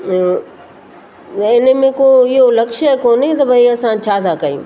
त हिन में को इहो लक्ष्य कोने त भई असां छा था कयूं